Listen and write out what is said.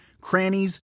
crannies